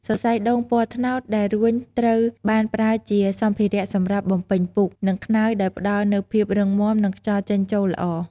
សរសៃដូងពណ៌ត្នោតដែលរួញត្រូវបានប្រើជាសម្ភារៈសម្រាប់បំពេញពូក និងខ្នើយដោយផ្តល់នូវភាពរឹងមាំ និងខ្យល់ចេញចូលល្អ។